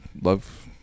love